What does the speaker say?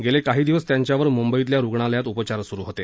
गेले काही दिवस त्यांच्यावर मुंबईतल्या रुग्णालयात उपचार सुरु होते